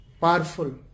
powerful